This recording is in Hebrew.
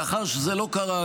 מאחר שזה לא קרה,